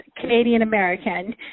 Canadian-American